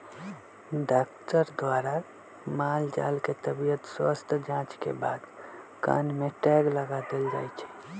doctor द्वारा माल जाल के तबियत स्वस्थ जांच के बाद कान में टैग लगा देल जाय छै